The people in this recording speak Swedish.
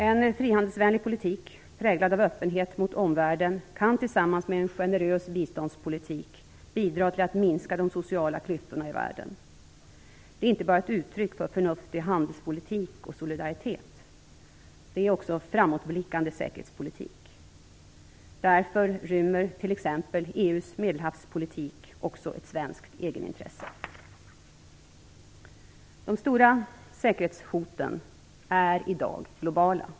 En frihandelsvänlig politik präglad av öppenhet mot omvärlden kan tillsammans med en generös biståndspolitik bidra till att minska de sociala klyftorna i världen. Det är inte bara uttryck för en förnuftig handelspolitik och för solidaritet. Det är också framåtblickande säkerhetspolitik. Därför rymmer t.ex. EU:s Medelhavspolitik också ett svenskt egenintresse. De stora säkerhetshoten är i dag globala.